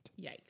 Yikes